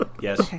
Yes